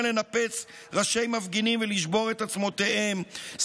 לנפץ ראשי מפגינים ולשבור את עצמותיהם,